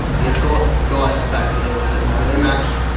they've got guys back there that know their maths.